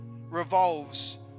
revolves